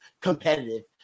competitive